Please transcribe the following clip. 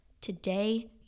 Today